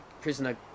prisoner